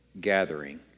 gathering